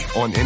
on